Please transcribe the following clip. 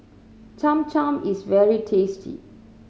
Cham Cham is very tasty